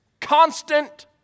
Constant